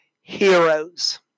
heroes